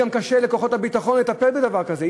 גם קשה לכוחות הביטחון לטפל בדבר כזה,